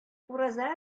ураза